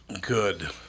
Good